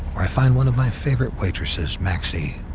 where i find one of my favorite waitresses, maxie,